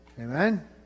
Amen